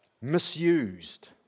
misused